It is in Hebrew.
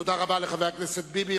תודה רבה לחבר הכנסת ביבי.